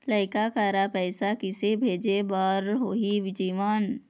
लइका करा पैसा किसे भेजे बार होही जीवन